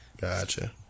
Gotcha